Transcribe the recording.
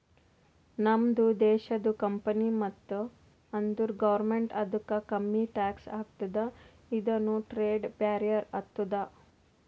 ನಮ್ದು ದೇಶದು ಕಂಪನಿ ಇತ್ತು ಅಂದುರ್ ಗೌರ್ಮೆಂಟ್ ಅದುಕ್ಕ ಕಮ್ಮಿ ಟ್ಯಾಕ್ಸ್ ಹಾಕ್ತುದ ಇದುನು ಟ್ರೇಡ್ ಬ್ಯಾರಿಯರ್ ಆತ್ತುದ